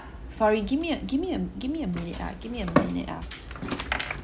sorry gimme a gimme a gimme a minute ah gimme a minute ah